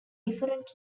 different